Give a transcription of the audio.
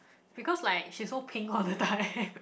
because like she's so pink all the time